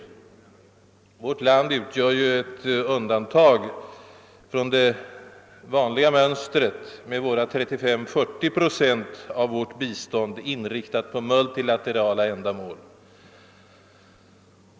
Vårt land utgör ju ett undantag från det vanliga mönstret med sina 35—40 procent av sitt bistånd inriktat på multilaterala ändamål.